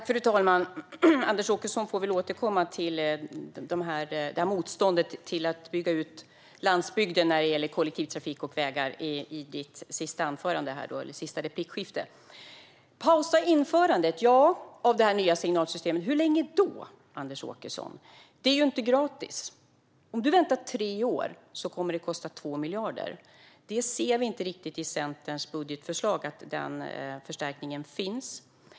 Fru talman! Anders Åkesson får väl i sitt sista inlägg återkomma till motståndet mot att bygga ut landsbygden när det gäller kollektivtrafik och vägar. Hur länge ska man pausa införandet av det nya signalsystemet, Anders Åkesson? Det är ju inte gratis. Om du väntar tre år kommer det att kosta 2 miljarder, och vi ser inte riktigt i Centerns budgetförslag att den förstärkningen finns.